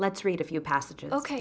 let's read a few passages ok